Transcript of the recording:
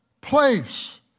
place